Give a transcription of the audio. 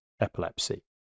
epilepsy